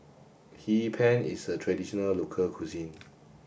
Hee Pan is a traditional local cuisine